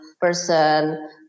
person